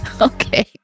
Okay